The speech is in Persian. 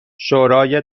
شورای